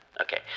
Okay